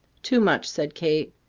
too much! said kate.